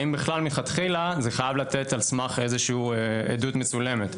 האם מלכתחילה זה חייב להינתן על סמך עדות מצולמת?